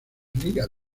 india